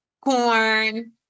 corn